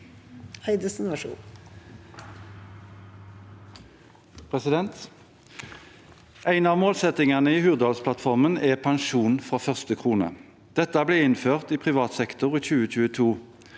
En av målsetting- ene i Hurdalsplattformen er pensjon fra første krone. Dette ble innført i privat sektor i 2022.